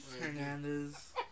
Hernandez